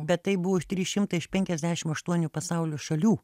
bet taip buvo iš trys šimtai penkiasdešim aštuonių pasaulio šalių